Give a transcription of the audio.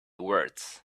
words